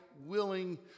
willing